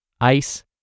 ice